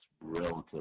relatively